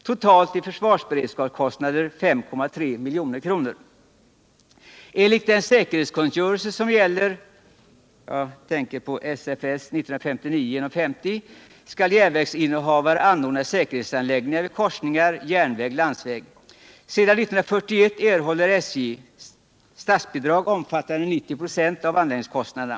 Totalt blir försvarsberedskapskostnaderna 5,3 milj.kr. Enligt den säkerhetskungörelse som gäller skall järnvägsinnehavare anordna säkerhetsanläggningar vid korsningar järnväg-landsväg. Sedan 1941 erhåller SJ statsbidrag omfattande 90 96 av anläggningskostnaderna.